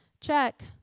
check